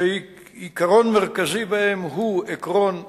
שעיקרון מרכזי בהם הוא עקרון העלות,